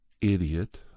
idiot